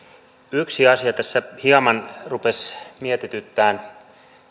yksi asia tässä hieman rupesi mietityttämään